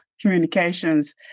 communications